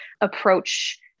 approach